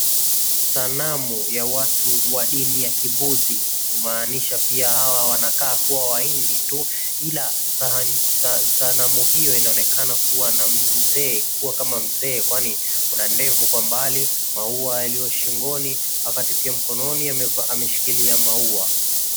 Sanamu ya watu wa dini ya kibuddhi kumaanisha pia hawa wanakaa kuwa wahindi tu ila sanamu hio inaonekana kuwa kama mzee kwani kuna ndevu kwa mbali, maua yaliyo shingoni wakati pia mkononi ameshikilia maua.